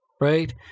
right